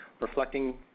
reflecting